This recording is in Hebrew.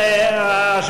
הקואליציה, היא לא מסתדרת.